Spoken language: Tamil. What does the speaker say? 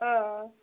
ஆ ஆ